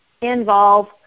involve